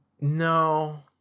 No